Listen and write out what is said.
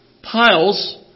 piles